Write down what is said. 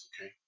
okay